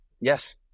Yes